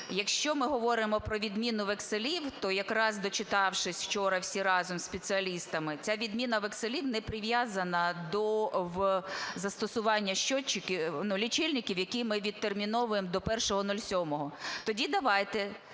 якщо ми говоримо про відміну векселів, то якраз, дочитавшись вчора всі разом зі спеціалістами, ця відміна векселів не прив'язана до застосування лічильників, які ми відтерміновуємо до 01.07. Тоді давайте